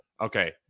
okay